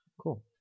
Cool